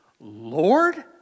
Lord